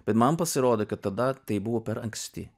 bet man pasirodė kad tada tai buvo per anksti